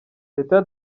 teta